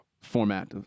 format